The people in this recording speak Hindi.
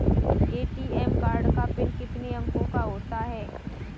ए.टी.एम कार्ड का पिन कितने अंकों का होता है?